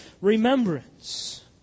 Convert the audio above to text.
remembrance